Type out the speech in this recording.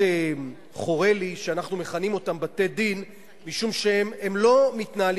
לכן, אנחנו לא הסתפקנו